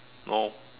no